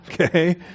okay